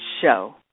show